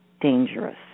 dangerous